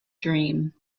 dream